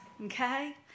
okay